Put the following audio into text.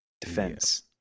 defense